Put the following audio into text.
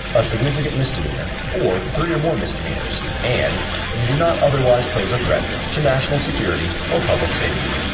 a significant misdemeanor, or three or more misdemeanors, and you do not otherwise pose a threat to national security or public safety.